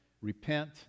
Repent